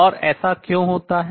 और ऐसा क्यों होता है